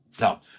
Now